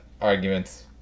arguments